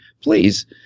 please